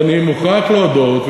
ואני מוכרח להודות,